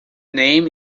name